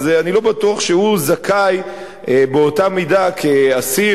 אני לא בטוח שהוא זכאי באותה מידה כאסיר,